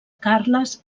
carles